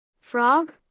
Frog